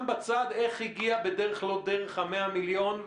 בצד איך הגיע בדרך לא דרך ה-100 מיליון,